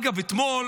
אגב, אתמול,